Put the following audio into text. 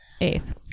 Eighth